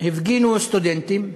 הפגינו סטודנטים,